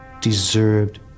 deserved